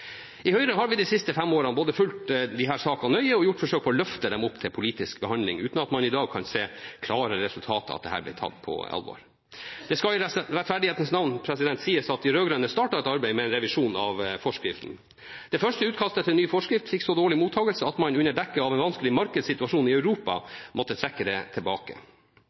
I Høyre har vi de siste fem årene fulgt disse sakene nøye og gjort forsøk på løfte dem opp til politisk behandling, uten at man i dag kan se klare resultater av at dette ble tatt på alvor. Det skal i rettferdighetens navn sies at de rød-grønne startet et arbeid med revisjon av forskriften. Det første utkastet til ny forskrift fikk så dårlig mottakelse at man, under dekke av en vanskelig markedssituasjon i Europa, måtte trekke det tilbake.